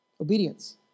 Obedience